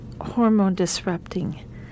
hormone-disrupting